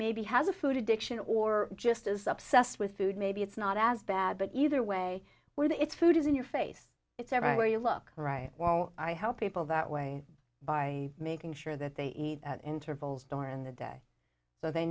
maybe has a food addiction or just as obsessed with food maybe it's not as bad but either way whether it's food is in your face it's everywhere you look right well i help people that way by making sure that they eat at intervals door in the day but they